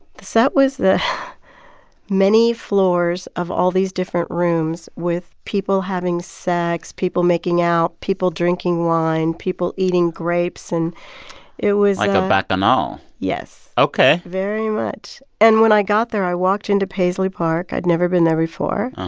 the set was the many floors of all these different rooms with people having sex, people making out people, drinking wine, people eating grapes. and it was a. like a bacchanal yes ok very much. and when i got there, i walked into paisley park. i'd never been there before.